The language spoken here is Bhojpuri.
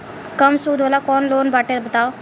कम सूद वाला कौन लोन बाटे बताव?